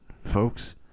folks